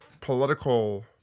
political